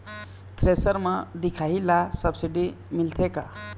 Thresher म दिखाही ला सब्सिडी मिलथे का?